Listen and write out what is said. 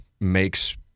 makes